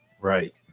Right